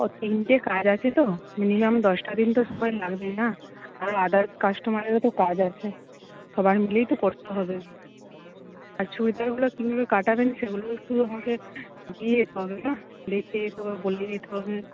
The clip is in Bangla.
তিনটে কাজ আছে তো মিনিমাম দশটা দিন তো সময় লাগবেই না আর আদার্স কাস্টমারেরও তো কাজ আছে সবার মিলেই তো করতে হবে আর চুড়িদারগুলো কিনবেন কাটাবেন সেগুলো একটু আমাকে দিয়ে যেতে হবে না রেখে যেতে হবে বলে যেতে হবে